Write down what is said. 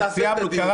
אתם מושכים אותו.